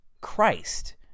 Christ